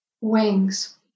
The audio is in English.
wings